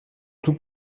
tout